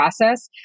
process